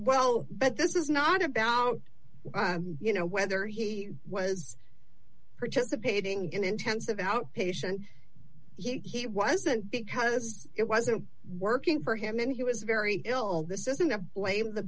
well but this is not about you know whether he was participating in intensive outpatient he wasn't because it wasn't working for him and he was very ill this isn't a blame the